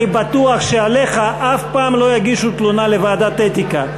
אני בטוח שעליך אף פעם לא יגישו תלונה לוועדת אתיקה,